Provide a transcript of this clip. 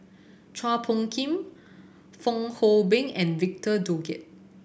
Chua Phung Kim Fong Hoe Beng and Victor Doggett